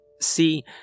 See